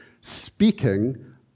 speaking